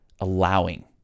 allowing